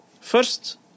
First